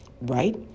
right